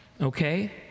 okay